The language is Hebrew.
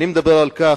אני מדבר על כך,